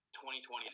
2020